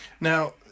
Now